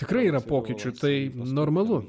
tikrai yra pokyčių tai normalu